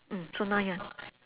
mm so now your